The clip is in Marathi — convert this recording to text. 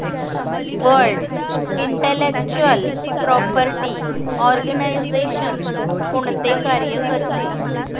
वर्ल्ड इंटेलेक्चुअल प्रॉपर्टी आर्गनाइजेशन कोणते कार्य करते?